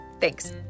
thanks